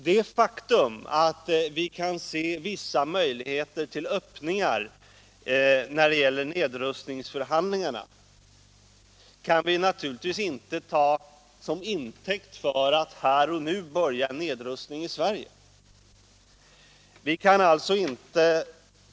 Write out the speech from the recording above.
Det faktum att vi kan se vissa möjligheter till öppningar när det gäller nedrustningsförhandlingarna kan vi naturligtvis inte ta som intäkt för att här och nu börja en nedrustning i Sverige.